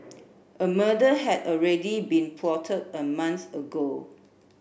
a murder had already been plotted a month ago